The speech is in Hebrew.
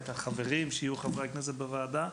את החברים שיהיו חברי הכנסת בוועדה.